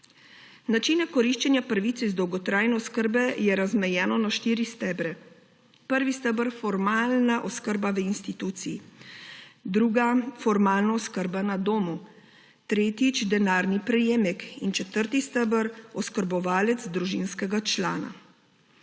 Način koriščenja pravic iz dolgotrajne oskrbe je razmejen na štiri stebre: prvi steber – formalna oskrba v instituciji, druga – formalna oskrba na domu, tretjič – denarni prejemek in četrti steber – oskrbovalec družinskega člana.